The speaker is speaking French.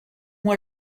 moi